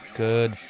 good